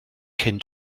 cyn